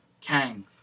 Kang